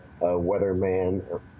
weatherman